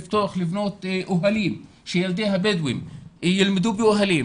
לבנות אוהלים שילדי הבדואים ילמדו באוהלים